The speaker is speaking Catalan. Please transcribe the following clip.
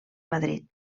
madrid